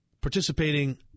participating